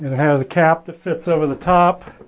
has a cap that fits over the top